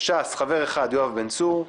מש"ס חבר אחד יואב בן צור,